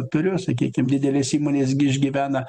turiu sakykim didelės įmonės gi išgyvena